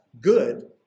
good